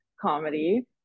comedy